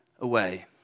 away